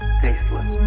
tasteless